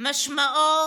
משמעו